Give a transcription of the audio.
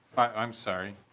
i'm sorry.